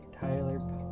Tyler